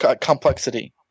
complexity